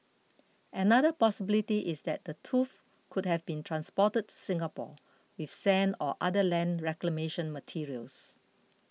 another possibility is that the tooth could have been transported to Singapore with sand or other land reclamation materials